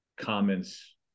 comments